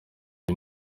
the